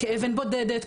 כאבן בודדת,